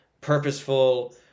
purposeful